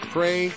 Pray